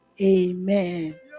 Amen